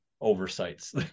oversights